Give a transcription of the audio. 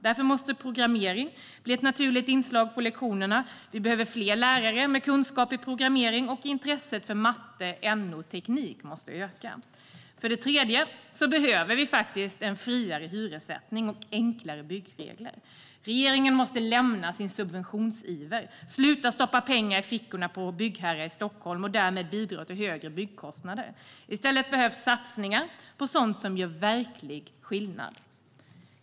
Därför måste programmering bli ett naturligt inslag på lektionerna. Vi behöver fler lärare med kunskap i programmering, och intresset för matte, NO och teknik måste öka. För det tredje behöver vi en friare hyressättning och enklare byggregler. Regeringen måste lämna sin subventionsiver och sluta stoppa pengar i fickorna på byggherrar i Stockholm och därmed bidra till högre byggkostnader. I stället behövs satsningar på sådant som gör verklig skillnad.